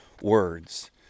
words